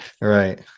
right